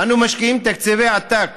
אנו משקיעים תקציבי עתק